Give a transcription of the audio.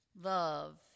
Love